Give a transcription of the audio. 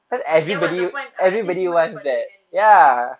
tak fun that was the point ah dia semua dapat duit then ni